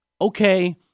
Okay